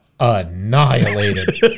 Annihilated